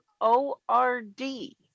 O-R-D